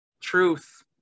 Truth